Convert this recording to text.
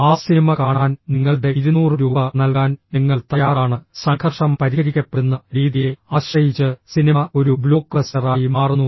ആ സിനിമ കാണാൻ നിങ്ങളുടെ 200 രൂപ നൽകാൻ നിങ്ങൾ തയ്യാറാണ് സംഘർഷം പരിഹരിക്കപ്പെടുന്ന രീതിയെ ആശ്രയിച്ച് സിനിമ ഒരു ബ്ലോക്ക്ബസ്റ്ററായി മാറുന്നു